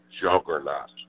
juggernaut